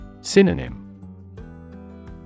Synonym